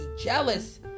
jealous